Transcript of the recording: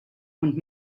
und